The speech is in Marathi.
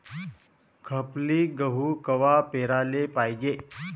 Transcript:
खपली गहू कवा पेराले पायजे?